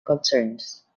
concerns